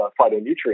phytonutrients